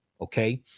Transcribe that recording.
okay